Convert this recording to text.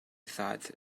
thought